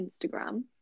Instagram